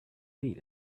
feet